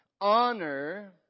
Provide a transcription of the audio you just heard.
Honor